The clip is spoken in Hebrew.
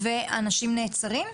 ואנשים נעצרים?